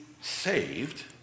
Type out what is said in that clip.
saved